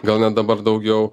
gal net dabar daugiau